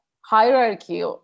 hierarchy